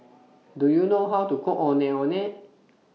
Do YOU know How to Cook Ondeh Ondeh